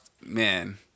man